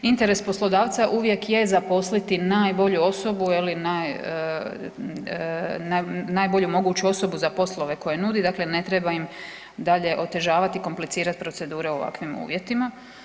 Interes poslodavca uvijek je zaposliti najbolju osobu ili najbolju moguću osobu za poslove koje nudi, dakle ne treba im dalje otežavati i komplicirati procedure u ovakvim uvjetima.